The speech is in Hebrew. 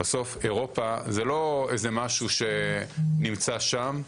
בסוף אירופה זה לא איזה משהו שנמצא שם,